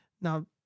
Now